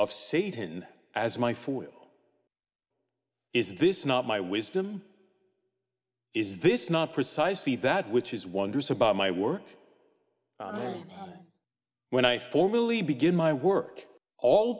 of satan as my food is this not my wisdom is this not precisely that which is wondrous about my work when i formally begin my work all